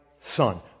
son